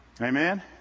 Amen